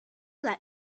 like